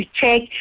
check